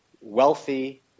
wealthy